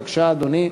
בבקשה, אדוני.